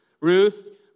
Ruth